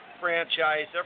franchise